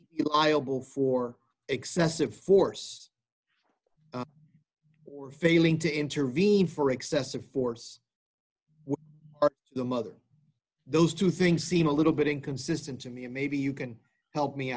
will for excessive force or failing to intervene for excessive force the mother those two things seem a little bit inconsistent to me and maybe you can help me